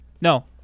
No